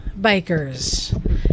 bikers